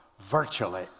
virtually